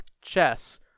chess